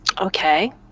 okay